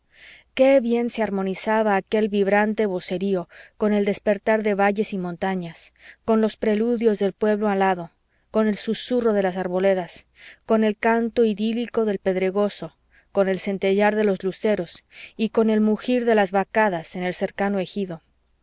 qué bien se harmonizaba aquel vibrante vocerío con el despertar de valles y montañas con los preludios del pueblo alado con el susurro de las arboledas con el canto idílico del pedregoso con el centellear de los luceros y con el mugir de las vacadas en el cercano ejido